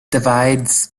divides